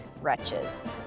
Wretches